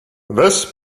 this